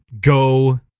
go